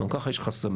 גם ככה יש חסמים,